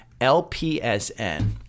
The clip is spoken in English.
lpsn